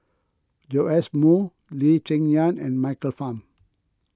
Joash Moo Lee Cheng Yan and Michael Fam